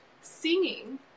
singing